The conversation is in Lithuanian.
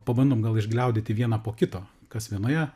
pabandom gal išgliaudyti vieną po kito kas vienoje